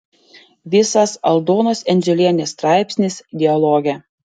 visas aldonos endziulienės straipsnis dialoge